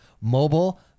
mobile